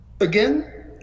again